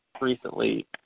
recently